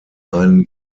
einen